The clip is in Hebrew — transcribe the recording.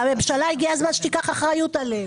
והגיע הזמן שהממשלה תיקח אחריות עליהם.